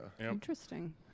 Interesting